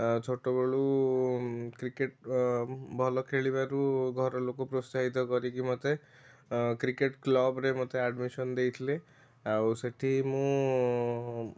ଛୋଟବେଳୁ କ୍ରିକେଟ୍ ଭଲ ଖେଳିବାରୁ ଘର ଲୋକ ପ୍ରୋତ୍ସାହିତ କରିକି ମୋତେ କ୍ରିକେଟ୍ କ୍ଲବ୍ ରେ ମୋତେ ଆଡ଼ମିଶନ ଦେଇଥିଲେ ଆଉ ସେଇଠି ମୁଁ